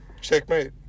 Checkmate